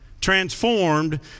transformed